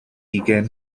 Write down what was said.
ugain